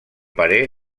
parer